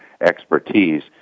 expertise